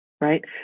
right